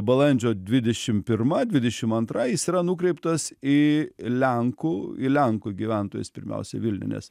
balandžio dvidešim pirma dvidešim antra jis yra nukreiptas į lenkų į lenkų gyventojus pirmiausia vilniuje nes